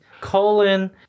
colon